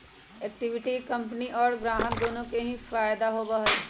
equity के company और ग्राहक दुन्नो के ही फायद दा होबा हई